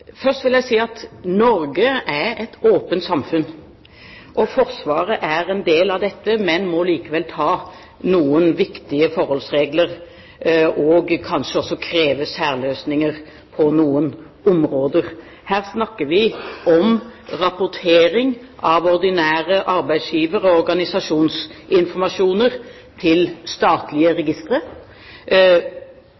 Først vil jeg si at Norge er et åpent samfunn. Forsvaret er en del av dette, men må likevel ta noen viktige forholdsregler og kanskje også kreve særløsninger på noen områder. Her snakker vi om rapportering av ordinære arbeidsgiver- og organisasjonsinformasjoner til statlige